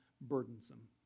burdensome